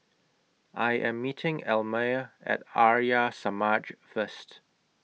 I Am meeting Elmire At Arya Samaj First